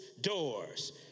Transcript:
doors